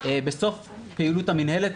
בסוף פעילות המנהלת,